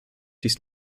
dies